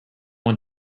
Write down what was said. want